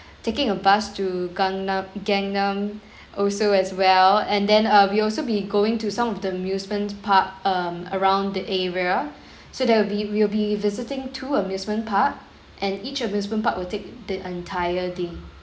taking a bus to gangnam gangnam also as well and then uh we also be going to some of the amusement park um around the area so there will be we'll be visiting two amusement park and each amusement park will take the entire day